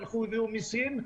הלכו הביאו מסין,